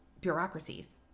bureaucracies